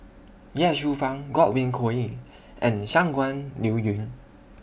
Ye Shufang Godwin Koay and Shangguan Liuyun